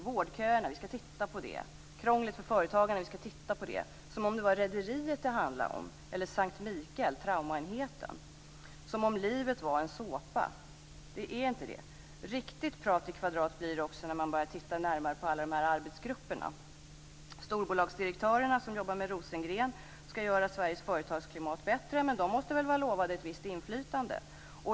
Vårdköerna skall man titta på, och krånglet för företagarna skall man titta på som om det var Rederiet eller traumaenheten på S:t Mikael som det handlade om och som om livet var en såpa. Det är inte det. Riktigt Prat i kvadrat blir det också när man börjar titta närmare på alla arbetsgrupper. Storbolagsdirektörerna som jobbar med Rosengren skall göra Sveriges företagsklimat bättre. Men de måste väl vara lovade ett visst inflytande.